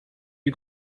you